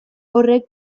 horrek